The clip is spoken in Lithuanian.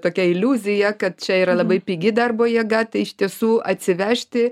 tokia iliuzija kad čia yra labai pigi darbo jėga tai iš tiesų atsivežti